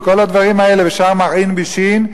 וכל הדברים האלה ושאר מרעין בישין,